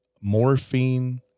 morphine